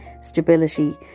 stability